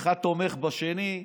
אחד תומך בשני,